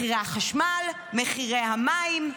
מחירי החשמל, מחירי המים,